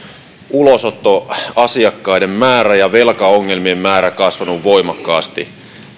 ulosottoasiakkaiden määrä ja velkaongelmien määrä kasvanut voimakkaasti